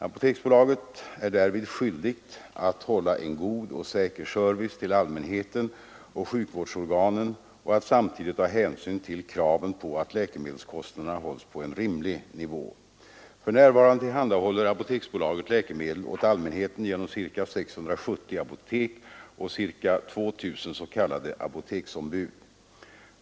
Apoteksbolaget är därvid skyldigt att hålla en god och säker service till allmänheten och sjukvårdsorganen och att samtidigt ta hänsyn till kravet på att läkemedelskostnaderna hålls på en rimlig nivå. För närvarande tillhandahåller Apoteksbolaget läkemedel åt allmänheten genom ca 670 apotek och ca 2 000 s.k. apoteksombud.